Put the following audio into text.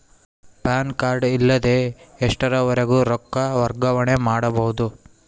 PAN card ಇಲ್ಲದ ಎಷ್ಟರವರೆಗೂ ರೊಕ್ಕ ವರ್ಗಾವಣೆ ಮಾಡಬಹುದು?